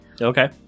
Okay